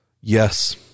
yes